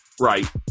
Right